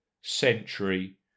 Century